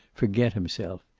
forget himself.